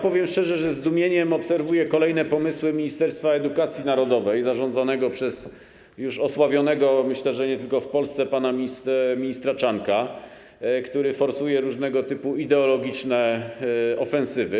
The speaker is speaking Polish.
Powiem szczerze, że ze zdumieniem obserwuję kolejne pomysły Ministerstwa Edukacji Narodowej zarządzanego przez już osławionego - myślę, że nie tylko w Polsce - pana ministra Czarnka, który forsuje różnego typu ideologiczne ofensywy.